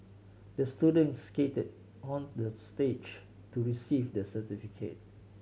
the student skated on the stage to received the certificate